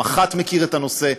המח"ט מכיר את הנושא.